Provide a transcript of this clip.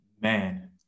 Man